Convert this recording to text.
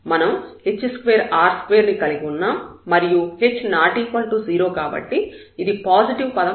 మనం h2 r2 ను కలిగి ఉన్నాం మరియు h ≠ 0 కాబట్టి ఇది పాజిటివ్ పదం అవుతుంది